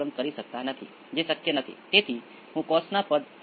હવે damping factor છે જે ζ એક કરતા વધારે છે